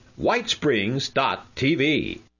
Whitesprings.tv